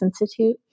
Institute